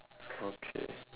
okay